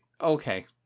okay